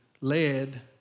led